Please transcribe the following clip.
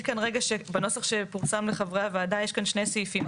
כאן רגע שבנוסח שפורסם לחברי הוועדה יש כאן שני סעיפים,